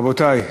רבותי,